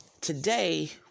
today